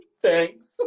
Thanks